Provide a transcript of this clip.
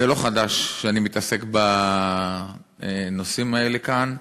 זה לא חדש שאני מתעסק בנושאים האלה כאן,